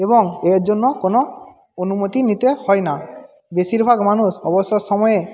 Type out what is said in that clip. এবং এর জন্য কোনো অনুমতি নিতে হয় না বেশিরভাগ মানুষ অবসর সময়ে